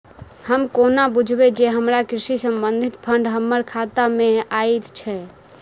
हम कोना बुझबै जे हमरा कृषि संबंधित फंड हम्मर खाता मे आइल अछि?